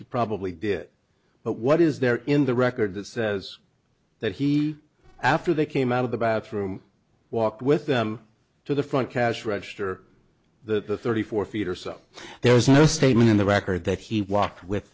he probably did but what is there in the record that says that he after they came out of the bathroom walked with them to the front cash register the thirty four feet or so there's no statement in the record that he walked with